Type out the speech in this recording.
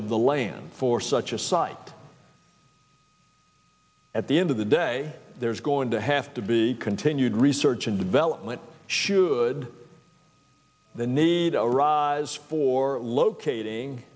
of the land for such a site at the end of the day there's going to have to be continued research and development should the need arise for locating